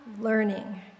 learning